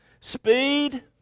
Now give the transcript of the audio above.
speed